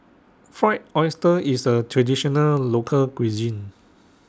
Fried Oyster IS A Traditional Local Cuisine